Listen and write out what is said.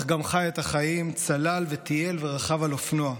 אך גם חי את החיים, צלל וטייל ורכב על אופנוע.